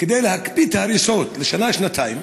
כדי להקפיא את ההריסות לשנה-שנתיים,